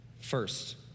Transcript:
First